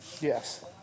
Yes